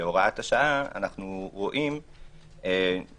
בהוראת השעה אנו רואים שיש,